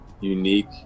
unique